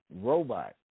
robot